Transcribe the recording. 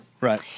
Right